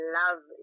love